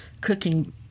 cooking